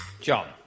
John